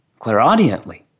clairaudiently